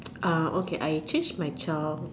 uh okay I changed my child